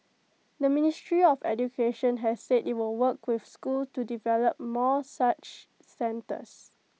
the ministry of education has said IT will work with schools to develop more such centres